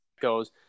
goes